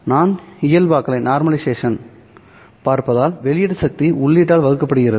நான் இயல்பாக்கலைப் பார்ப்பதால் வெளியீட்டு சக்தி உள்ளீட்டால் வகுக்கப்படுகிறது